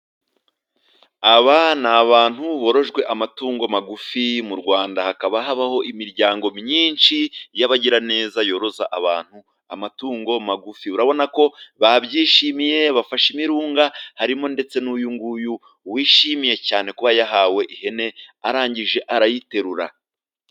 Aba ni abantu borojwe amatungo magufi ,mu Rwanda hakaba habaho imiryango myinshi y'abagiraneza yoroza abantu amatungo magufi ,urabona ko babyishimiye bafashe imirunga, harimo ndetse n'uyu nguyu wishimiye cyane kuba yahawe ihene, arangije arayiterura.